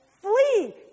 Flee